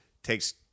takes